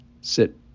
sit